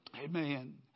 amen